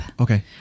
Okay